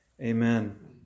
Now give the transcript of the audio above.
Amen